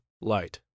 light